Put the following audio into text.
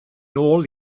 nôl